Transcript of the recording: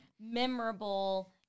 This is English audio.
memorable